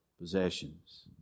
possessions